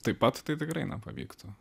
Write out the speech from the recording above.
taip pat tai tikrai nepavyktų